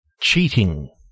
Cheating